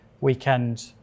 weekend